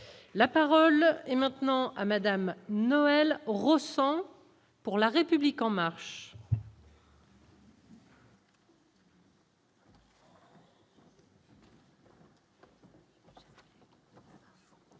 la parole est maintenant à Madame Noël ressent pour la République en marche. Madame